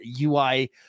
UI